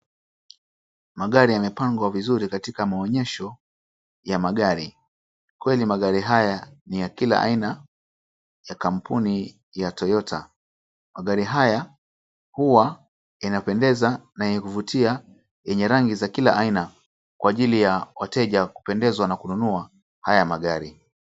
Magari yamepangwa vizuri katika maonyesho ya magari, kweli magari haya ni ya kila aina ya kampuni ya Toyota. Magari haya hua yanapendeza na kuvutia yenye rangi za kila aina kwa ajili ya wateja kupendezwa na kununua haya magari.